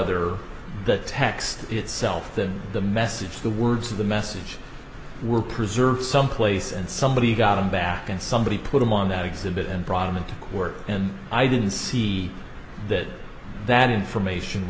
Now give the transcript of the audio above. other the text itself that the message the words of the message were preserved someplace and somebody got them back and somebody put them on that exhibit and brought them into court and i didn't see that that information